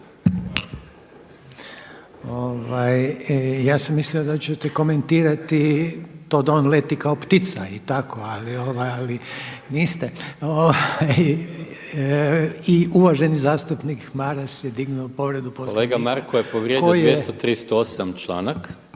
Ja sam mislio da ćete komentirati to da on leti kao ptica i tako, ali niste. I uvaženi zastupnik Gordan Maras je dignuo povredu Poslovnika. **Maras, Gordan (SDP)** Kolega Marko je povrijedio 238. članak.